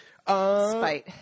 spite